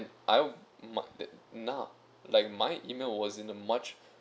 I mark that nah like my email was in a much